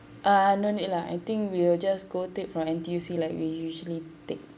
uh no need lah I think we'll just go take from N_T_U_C like we usually take